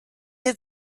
had